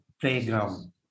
playground